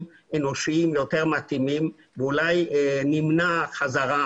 אנושיים יותר מתאימים ואולי נמנע חזרה,